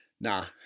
Nah